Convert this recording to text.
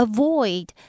Avoid